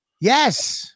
Yes